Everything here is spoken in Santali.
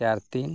ᱪᱟᱨ ᱛᱤᱱ